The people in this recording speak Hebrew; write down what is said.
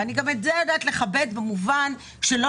וגם את זה אני יודעת לכבד במובן של לא